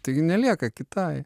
taigi nelieka kitai